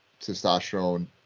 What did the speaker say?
testosterone